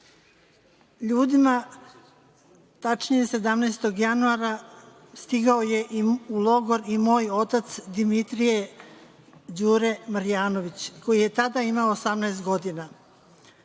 ljudima, tačnije 17. januara stigao je u logor i moj otac, Dimitrije Đure Marjanović, koji je tada imao 18 godina.